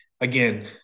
again